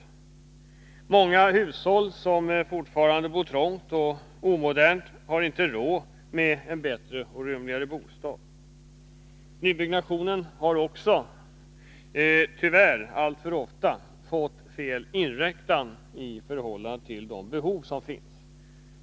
I många hushåll där man fortfarande bor trångt och omodernt har man inte råd med en bättre och rymligare bostad. Nybyggnationen har tyvärr alltför ofta fått fel inriktning i förhållande till de behov som finns.